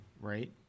right